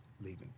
leaving